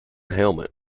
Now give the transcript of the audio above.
helmet